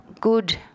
good